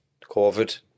COVID